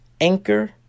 Anchor